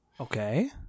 Okay